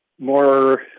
more